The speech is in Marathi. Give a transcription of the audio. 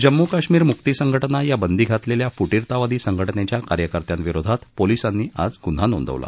जम्मू कश्मीर मुक्ती संघटना या बंदी घातलेल्या फुटीरतावादी संघटनेच्या कार्यकर्त्यां विरुद्ध पोलीसांनी आज गुन्हा नोंदवला